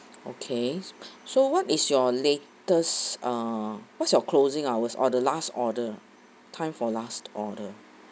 okay so what is your latest uh what's your closing hours or the last order time for last order